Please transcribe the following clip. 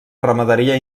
ramaderia